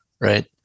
right